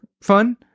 fun